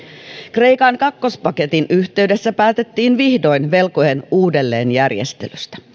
kreikan kakkospaketin yhteydessä päätettiin vihdoin velkojen uudelleenjärjestelystä